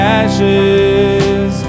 ashes